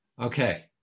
Okay